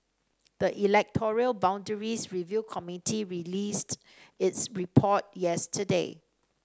the electoral boundaries review committee released its report yesterday